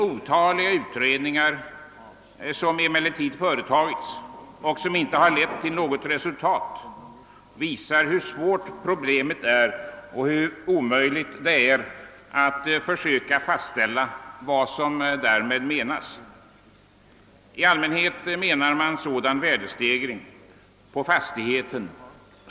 förbättringskostnader som uppgått till mer än 3000 kr. omräknas efter det allmänna prisläget när avyttringen sker.